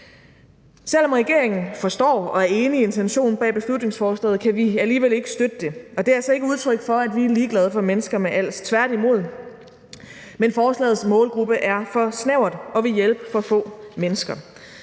Selv om regeringen forstår og er enig i intentionen bag beslutningsforslaget, kan vi alligevel ikke støtte det, og det er altså ikke udtryk for, at vi er ligeglade med mennesker med als, tværtimod, men forslagets målgruppe er for snæver og vil hjælpe for få mennesker.